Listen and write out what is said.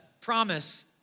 promise